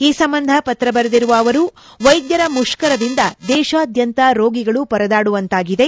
ಈ ಸಂಬಂದ ಪತ್ರ ಬರೆದಿರುವ ಅವರು ವೈದ್ವರ ಮುಷ್ಕರದಿಂದ ದೇತಾದ್ಬಂತ ರೋಗಿಗಳು ಪರದಾಡುವಂತಾಗಿದೆ